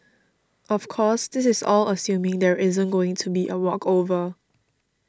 of course this is all assuming there isn't going to be a walkover